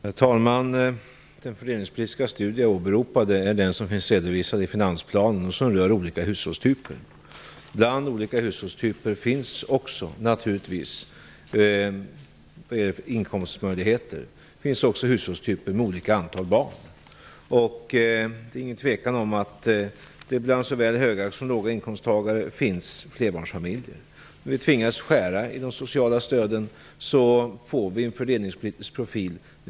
Fru talman! Den fördelningspolitiska studie jag åberopade är den som finns redovisad i finansplanen och som rör olika hushållstyper. Bland de olika hushållstyperna finns naturligtvis hushållstyper med olika inkomstmöjligheter och också med olika antal barn. Det är ingen tvekan om att det såväl bland dem med hög inkomst som dem med låg inkomst finns flerbarnsfamiljer. När vi nu tvingas skära i de sociala stöden får vi en fördelningspolitisk profil.